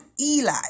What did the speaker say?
Eli